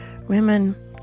Women